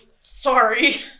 Sorry